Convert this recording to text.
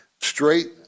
straight